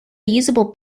usable